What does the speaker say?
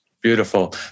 Beautiful